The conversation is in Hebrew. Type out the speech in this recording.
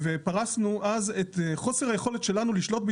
יש כאלה שבנו לול ועוד לא אכלסו אותו אני רוצה לאפשר לאכלס אותם ולכן